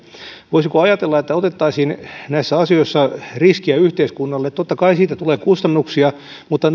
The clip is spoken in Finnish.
voisiko ajatella että otettaisiin näissä asioissa riskiä yhteiskunnalle totta kai siitä tulee kustannuksia mutta